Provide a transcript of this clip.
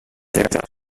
derde